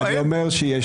לא, אין.